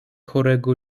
chorego